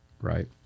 right